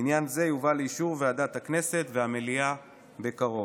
עניין זה יובא לאישור ועדת הכנסת והמליאה בקרוב.